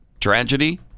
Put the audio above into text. tragedy